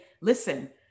listen